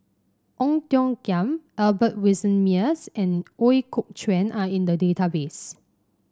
Ong Tiong Khiam Albert Winsemius and Ooi Kok Chuen are in the database